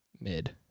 mid